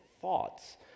thoughts